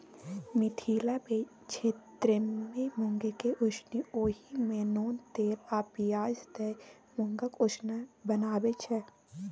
मिथिला क्षेत्रमे मुँगकेँ उसनि ओहि मे नोन तेल आ पियाज दए मुँगक उसना बनाबै छै